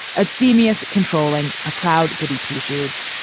abstemious, controlling, a proud goody two shoes.